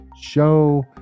Show